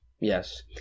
Yes